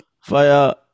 fire